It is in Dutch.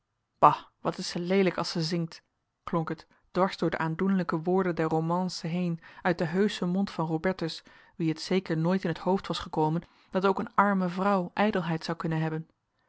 wat is ze leelijk als ze zingt klonk het dwars door de aandoenlijke woorden der romance heen uit den heuschen mond van robertus wien het zeker nooit in t hoofd was gekomen dat ook een arme vrouw ijdelheid zou kunnen hebben